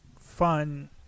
fun